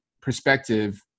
perspective